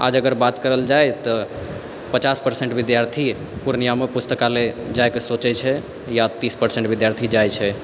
आज अगर बात करल जाइ तऽ पचास पर्सेंट विद्यार्थी पूर्णियामे पुस्तकालय जाइ के सोचै छै या तीस पर्सेंट विद्यार्थी जाइ छै